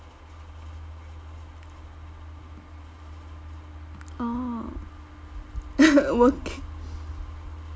orh working